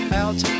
out